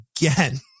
again